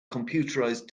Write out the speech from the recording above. computerized